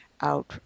out